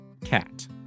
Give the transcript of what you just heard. Cat